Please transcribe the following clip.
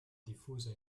diffusa